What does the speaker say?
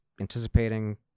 anticipating